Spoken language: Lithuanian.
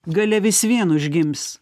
galia vis vien užgims